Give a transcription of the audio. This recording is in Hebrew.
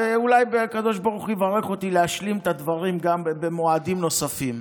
ואולי הקדוש ברוך הוא יברך אותי להשלים את הדברים גם במועדים נוספים.